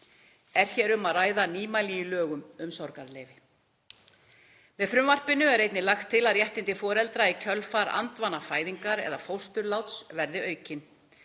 Er hér um að ræða nýmæli í lögum um sorgarleyfi. Með frumvarpinu er einnig lagt til að réttindi foreldra í kjölfar andvanafæðingar eða fósturláts verði aukin.